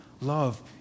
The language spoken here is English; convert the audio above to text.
love